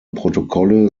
protokolle